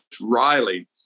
Riley